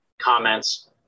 comments